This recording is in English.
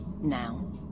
now